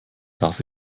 darf